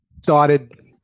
started